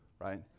right